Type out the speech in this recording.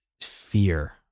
fear